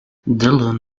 dillon